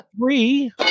three